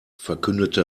verkündete